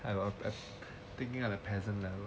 I was thinking on a peasant level